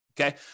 okay